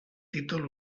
títol